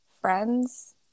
friends